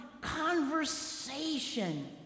conversation